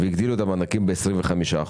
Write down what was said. והגדילו את המענקים ב-25%.